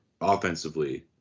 offensively